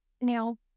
Now